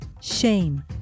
shame